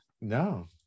no